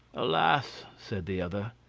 alas! said the other,